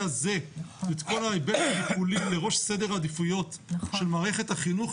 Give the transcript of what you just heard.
הזה ואת כל ההיבט הטיפולי לראש סדר העדיפויות של מערכת החינוך,